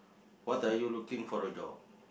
what are you looking for a job